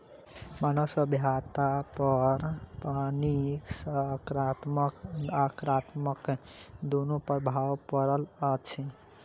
मानव सभ्यतापर पानिक साकारात्मक आ नाकारात्मक दुनू प्रभाव पड़ल अछि